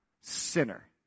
sinner